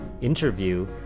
interview